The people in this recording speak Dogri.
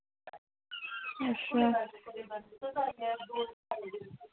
अच्छा